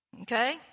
Okay